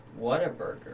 Whataburger